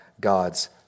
God's